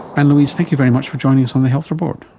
anne-louise, thank you very much for joining us on the health report.